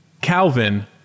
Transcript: Calvin